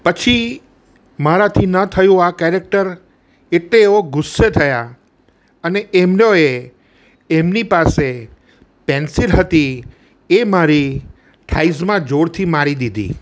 પછી મારાથી ન થયું આ કેરેક્ટર એટલે એઓ ગુસ્સે થયા અને એમનો એ એમની પાસે પેન્સિલ હતી એ મારી થાઈઝમાં જોરથી મારી દીધી